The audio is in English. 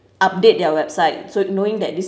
update their website so knowing that this